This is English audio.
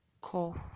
call